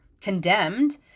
condemned